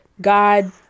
god